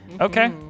Okay